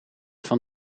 van